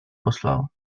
poslal